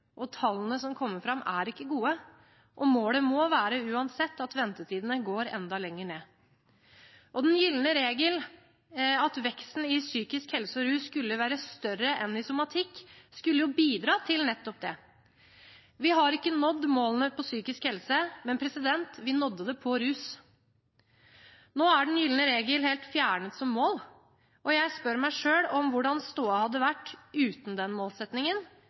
og tallene som kommer fram, er ikke gode. Målet må uansett være at ventetidene går enda lenger ned. Den gylne regel, at veksten i psykisk helse og rus skulle være større enn i somatikk, skulle bidra til nettopp det. Vi har ikke nådd målene for psykisk helse, men vi nådde dem for rus. Nå er den gylne regel helt fjernet som mål, og jeg spør meg selv om hvordan stoda hadde vært uten den målsettingen,